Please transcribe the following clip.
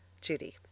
Judy